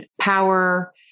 power